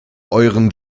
euren